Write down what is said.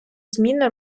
зміни